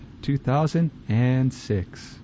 2006